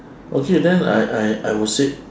okay then I I I would say